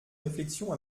réflexion